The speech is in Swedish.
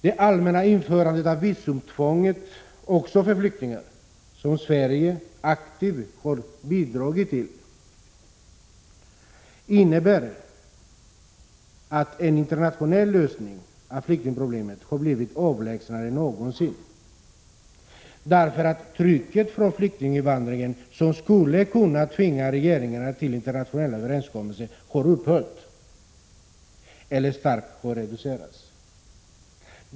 Det allmänna införandet av visumtvång också för flyktingar, som Sverige aktivt bidragit till, innebär att en internationell lösning på flyktingproblemet nu är mera avlägsen än någonsin. Trycket från flyktinginvandringen, som skulle kunna tvinga regeringarna till internationella överenskommelser, har nämligen upphört eller starkt reducerats.